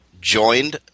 joined